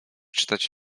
czytać